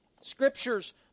Scriptures